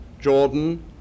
Jordan